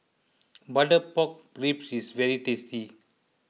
Butter Pork Ribs is very tasty